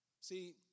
See